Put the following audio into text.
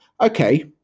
Okay